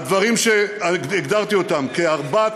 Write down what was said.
הדברים שהגדרתי כארבעת